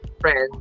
friends